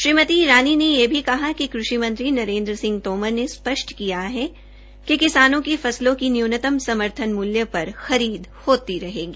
श्रीमती ईरानी ने यह भी कहा कि कृषि मंत्री नरेन्द्र तोमर ने स्पष्ट किया है कि किसानों की फसलों की न्यूनतम समर्थन मूल्य पर खरीद होती रहेगी